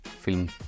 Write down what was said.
Film